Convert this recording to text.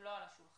לא על השולחן.